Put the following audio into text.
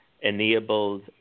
enables